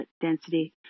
density